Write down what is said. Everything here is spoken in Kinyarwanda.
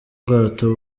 bwato